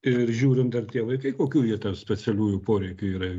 ir žiūrint dar tie vaikai kokių jie specialiųjų poreikių yra